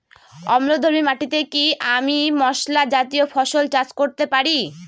অম্লধর্মী মাটিতে কি আমি মশলা জাতীয় ফসল চাষ করতে পারি?